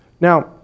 Now